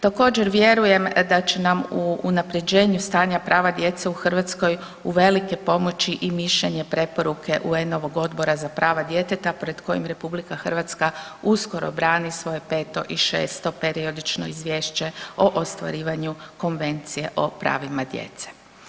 Također, vjerujem da će nam u unaprjeđenju stanja prava djece u Hrvatskoj uvelike pomoći i mišljenje i preporuke UN-ovog Odbora za prava djeteta pred kojim RH uskoro brani svoje 5. i 6. Periodično izvješće o ostvarivanja Konvencije o pravima djece.